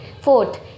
Fourth